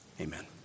amen